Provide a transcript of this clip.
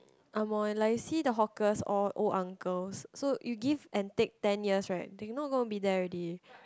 angmoh like see the hawkers all old uncles so you give and take ten years right they will not going there already